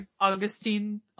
Augustine